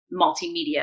multimedia